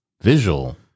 visual